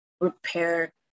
repair